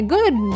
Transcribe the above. Good